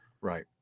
right